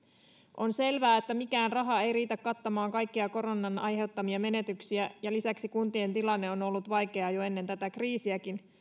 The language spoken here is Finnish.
on selvää että mikään raha ei riitä kattamaan kaikkia koronan aiheuttamia menetyksiä ja lisäksi kuntien tilanne on on ollut vaikea jo ennen tätä kriisiäkin